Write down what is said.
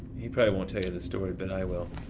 he probably won't tell you the story, but i will.